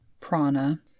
Prana